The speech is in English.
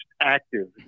active